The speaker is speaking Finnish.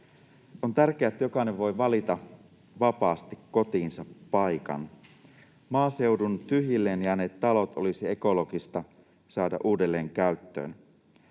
On tärkeää, että jokainen voi valita vapaasti kotinsa paikan. Maaseudun tyhjilleen jääneet talot olisi ekologista saada uudelleen käyttöön.